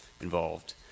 involved